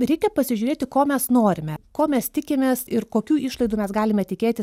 reikia pasižiūrėti ko mes norime ko mes tikimės ir kokių išlaidų mes galime tikėtis